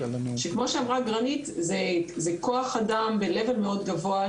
שכמו שאמרה גרנית זה כוח אדם ברמה מאוד גבוהה,